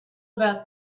about